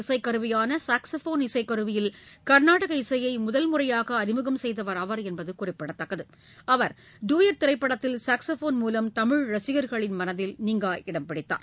இசைக்கருவியானசாக்ஸபோன் இசைக்கருவியில் மேற்கத்திய கள்நாடக இசையெமுதல் முறையாகஅறிமுகம் செய்தவர் அவர் என்பதுகுறிப்பிடத்தக்கது அவர் டூயட் திரைப்படத்தில் சாக்ஸபோன் மூலம் தமிழ் ரசிகர்களின் மனதில் நீங்கா இடம்பிடித்தார்